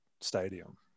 stadium